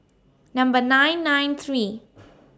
Number nine nine three